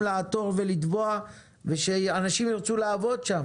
לעתור ולתבוע ושאנשים ירצו לעבוד שם,